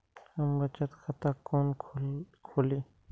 हम बचत खाता कोन खोली?